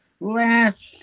last